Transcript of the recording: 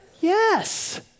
Yes